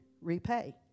repay